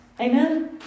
Amen